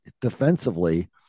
defensively